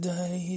Day